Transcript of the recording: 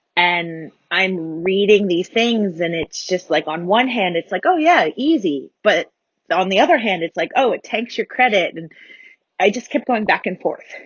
and i'm reading these things, and it's just like on one hand, it's like, oh, yeah, easy. but on the other hand, it's like, oh, it takes your credit. and i just kept going back and forth.